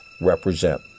represent